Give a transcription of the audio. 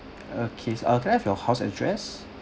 okay uh can I have your house address